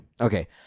okay